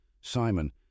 Simon